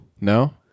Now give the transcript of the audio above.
No